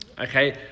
Okay